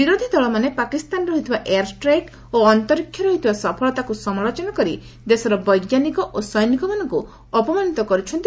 ବିରୋଧୀ ଦଳମାନେ ପାକିସ୍ତାନରେ ହୋଇଥିବା ଏୟାର ଷ୍ଟ୍ରାଇକ୍ ଓ ଅନ୍ତରୀକ୍ଷରେ ହୋଇଥିବା ସଫଳତାକୁ ସମାଲୋଚନା କରି ଦେଶର ବୈଜ୍ଞାନିକ ଓ ସୈନିକମାନଙ୍କୁ ଅପମାନିତ କରୁଛନ୍ତି